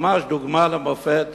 מה שעשו קודם ממש דוגמה ומופת.